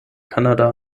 kanada